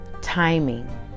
timing